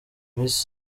miss